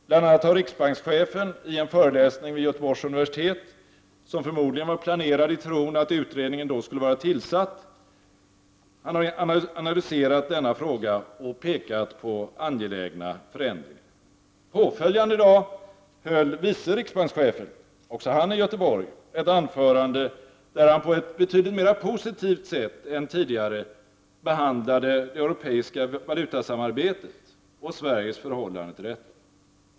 Bl.a. har riksbankschefen i en föreläsning vid Göteborgs universitet, som förmodligen var planerad i tron att utredningen då skulle vara tillsatt, analyserat denna fråga och pekat på angelägna förändringar. Påföljande dag höll vice riksbankschefen, också i Göteborg, ett anförande, där han på ett betydligt mera positivt sätt än tidigare behandlade det europeiska valutasamarbetet och Sveriges förhållande till detta.